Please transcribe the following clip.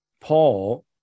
Paul